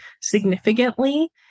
significantly